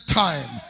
time